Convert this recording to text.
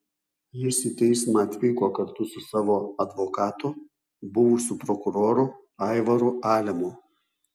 jis į teismą atvyko kartu su savo advokatu buvusiu prokuroru aivaru alimu